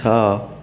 ଛଅ